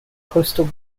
coastal